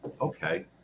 okay